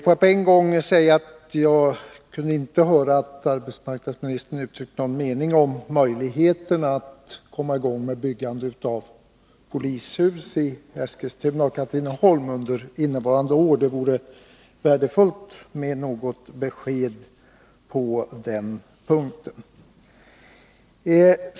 Får jag på en gång säga att jag inte kunde höra att arbetsmarknadsministern uttryckte någon mening om möjligheterna att komma i gång med byggande av polishus i Eskilstuna och Katrineholm under innevarande år. Det vore värdefullt med något besked på den punkten.